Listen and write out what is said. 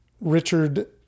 Richard